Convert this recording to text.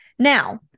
Now